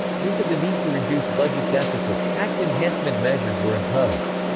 due to the need to reduce budget deficit, tax-enhancement measures were imposed.